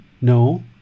No